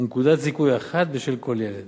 ונקודת זיכוי אחת בשל כל ילד